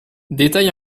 détail